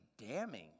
damning